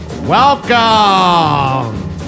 Welcome